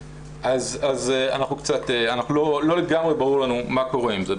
אז לא לגמרי ברור לנו מה קורה עם זה.